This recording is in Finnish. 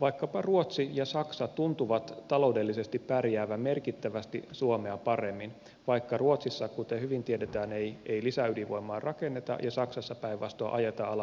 vaikkapa ruotsi ja saksa tuntuvat taloudellisesti pärjäävän merkittävästi suomea paremmin vaikka ruotsissa kuten hyvin tiedetään ei lisäydinvoimaa rakenneta ja saksassa päinvastoin ajetaan alas nykyisiäkin ydinvoimaloita